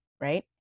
right